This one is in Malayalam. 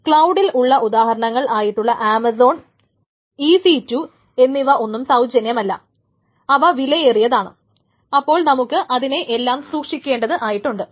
ക്ലൌഡിൽ ഉള്ള ഉദാഹരണങ്ങൾ ആയിട്ടുള്ള ആമസോൺ EC2 എന്നിവ ഒന്നും സൌജന്യമല്ല അല്ല അവ വിലയേറിയതാണ് അപ്പോൾ നമുക്ക് ഇതിനെ എല്ലാം സൂക്ഷിക്കേണ്ടത് ആയിട്ടുണ്ട്